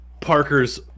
Parker's